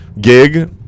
gig